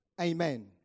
Amen